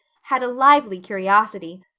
had a lively curiosity,